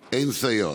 סייעות,